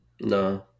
No